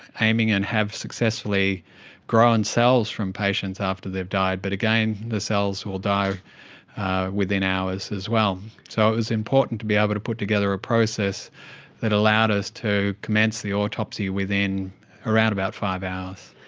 aiming and have successfully grown cells from patients after they've died, but again, the cells will die within hours as well. so it's important to be able to put together a process that allowed us to commence the autopsy within around about five hours.